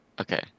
okay